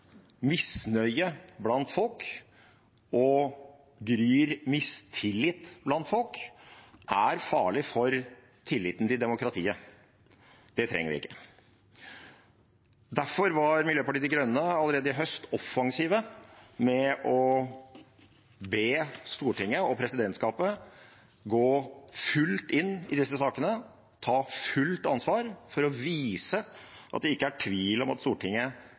misnøye og det gryr mistillit blant folk, er farlig for tilliten til demokratiet. Det trenger vi ikke. Derfor var Miljøpartiet De Grønne allerede i høst offensive med å be Stortinget og presidentskapet gå fullt inn i disse sakene, ta fullt ansvar for å vise at det ikke er tvil om at Stortinget